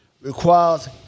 requires